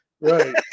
right